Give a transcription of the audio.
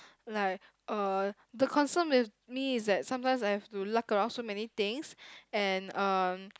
like uh the concern with me is that sometimes I have to lug around so many things and um